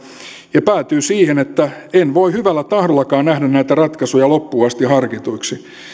ja päätyy siihen että en voi hyvällä tahdollakaan nähdä näitä ratkaisuja loppuun asti harkituiksi